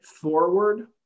forward